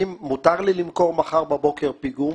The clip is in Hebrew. האם מותר לי למכור מחר בבוקר פיגום